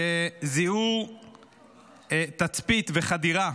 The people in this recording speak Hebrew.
שזיהו תצפית וחדירה